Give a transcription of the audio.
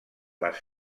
les